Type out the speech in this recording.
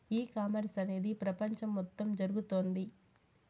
ఈ కామర్స్ అనేది ప్రపంచం మొత్తం జరుగుతోంది